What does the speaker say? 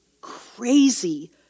crazy